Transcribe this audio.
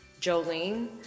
Jolene